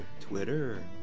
Twitter